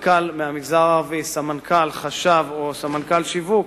מנכ"ל מהמגזר הערבי, סמנכ"ל, חשב או סמנכ"ל שיווק,